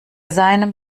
seinem